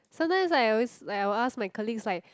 sometimes I always like I will ask my colleagues like